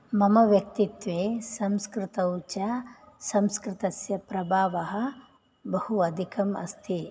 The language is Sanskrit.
मम व्यक्तित्वे संस्कृतौ च संस्कृतस्य प्रभावः बहु अधिकम् अस्ति